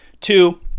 two